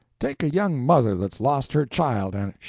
take a young mother that's lost her child, and sh!